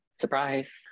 Surprise